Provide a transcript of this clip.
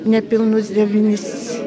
nepilnus devynis